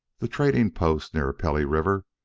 the trading post near pelly river,